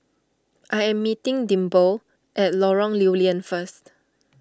I am meeting Dimple at Lorong Lew Lian first